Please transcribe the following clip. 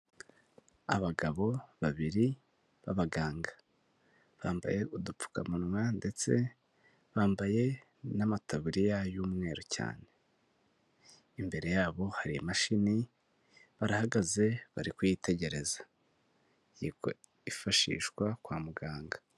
Abagabo babiri b'abaganga, bambaye udupfukamunwa ndetse bambaye n'amataburiya y'umweru cyane, imbere yabo hari imashini, barahagaze bari kuyitegereza, yifashishwa kwa muganga.